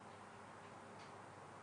מאוד חשוב שדן בסוגיות העומק שהן מרכיבות